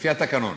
לפי התקנון,